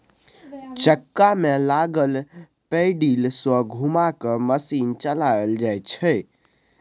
चक्का में लागल पैडिल सँ घुमा कय मशीन चलाएल जाइ छै